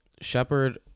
Shepard